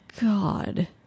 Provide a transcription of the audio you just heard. God